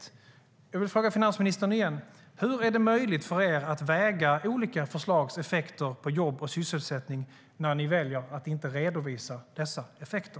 Då vill jag fråga finansministern: Hur är det möjligt för er att väga olika förslags effekter på jobb och sysselsättning när ni väljer att inte redovisa dessa effekter?